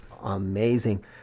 Amazing